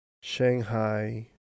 Shanghai